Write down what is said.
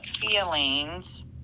feelings